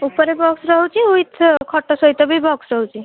ଉପରେ ବକ୍ସ ରହୁଛି ୱୀଥ୍ ଖଟ ସହିତ ବି ବକ୍ସ ରହୁଛି